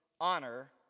Honor